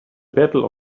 battle